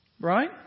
Right